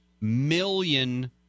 million